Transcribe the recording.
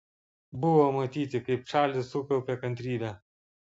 buvo matyti kaip čarlis sukaupia kantrybę